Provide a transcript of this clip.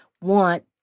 want